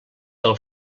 del